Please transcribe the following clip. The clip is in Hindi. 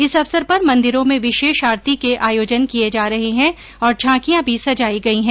इस अवसर पर मन्दिरों में विशेष आरती के आयोजन किए जा रहे है और झांकियां भी सजाई गई है